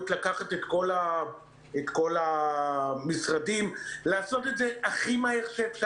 לקחת את כל המשרדים ולעשות את זה הכי מהר שאפשר.